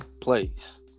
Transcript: place